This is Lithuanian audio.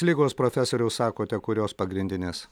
ligos profesoriau sakote kurios pagrindinės